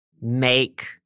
make